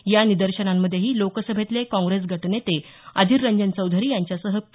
या निदर्शनांमध्येही लोकसभेतले काँग्रेस गटनेते अधीररंजन चौधरी यांच्यासह पी